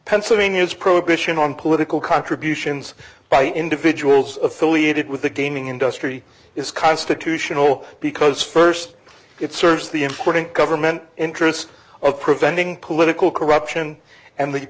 pennsylvania's prohibition on political contributions by individuals affiliated with the gaming industry is constitutional because st it serves the important government interest of preventing political corruption and the